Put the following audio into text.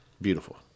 Beautiful